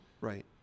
right